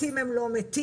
כשהם מתים הם לא מתים?